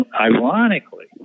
ironically